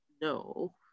no